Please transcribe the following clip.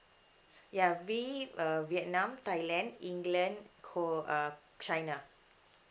ya V uh vietnam thailand england cold uh china